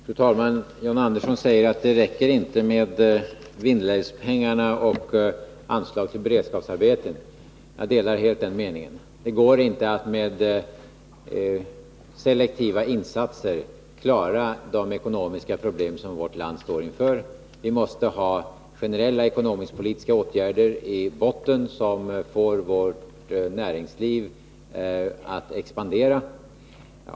Fru talman! John Andersson säger att det inte räcker med Vindelälvspengarna och anslaget för beredskapsarbeten. Jag delar helt den uppfatt ningen. Det går inte att med selektiva insatser klara de ekonomiska problem som vårt land står inför. Vi måste ha generella ekonomisk-politiska åtgärder i botten, som får vårt näringsliv att expandera.